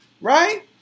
right